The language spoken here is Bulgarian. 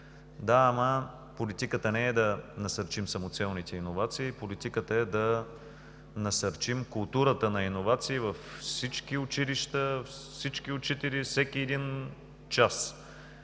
Да, но политиката не е да насърчим самоцелните иновации, политиката е да насърчим културата на иновации във всички училища, всички учители, всеки един час.